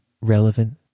relevant